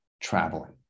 traveling